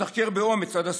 לתחקר באומץ עד הסוף,